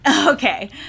Okay